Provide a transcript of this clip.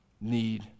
need